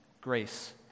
Grace